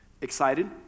Excited